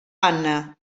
anna